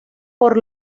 por